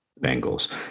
Bengals